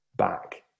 back